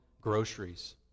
groceries